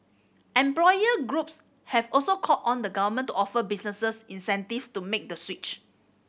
employer groups have also called on the Government to offer businesses incentive to make the switch